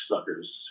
suckers